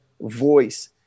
voice